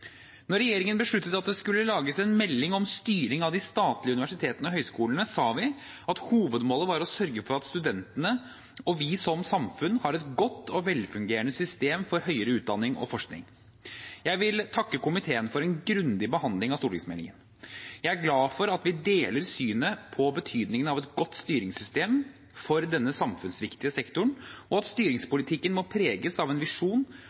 regjeringen besluttet at det skulle lages en melding om styring av de statlige universitetene og høyskolene, sa vi at hovedmålet var å sørge for at studentene og vi som samfunn har et godt og velfungerende system for høyere utdanning og forskning. Jeg vil takke komiteen for en grundig behandling av stortingsmeldingen. Jeg er glad for at vi deler synet på betydningen av et godt styringssystem for denne samfunnsviktige sektoren, og at styringspolitikken må preges av en visjon